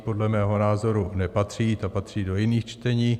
Podle mého názoru nepatří, ta patří do jiných čtení.